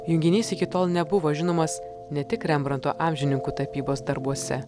junginys iki tol buvo žinomas ne tik rembranto amžininkų tapybos darbuose